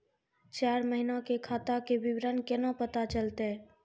चार महिना के खाता के विवरण केना पता चलतै?